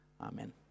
Amen